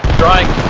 bright